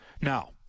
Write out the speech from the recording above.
Now